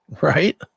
Right